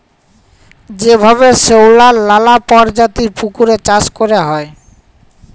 যেভাবে শেঁওলার লালা পরজাতির পুকুরে চাষ ক্যরা হ্যয়